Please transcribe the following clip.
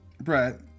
Brett